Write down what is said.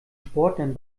sportlern